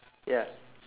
ya